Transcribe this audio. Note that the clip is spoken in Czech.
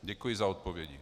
Děkuji za odpovědi.